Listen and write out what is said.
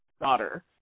daughter